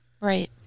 Right